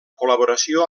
col·laboració